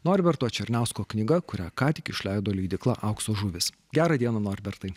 norberto černiausko knyga kurią ką tik išleido leidykla aukso žuvys gerą dieną norbertai